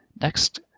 next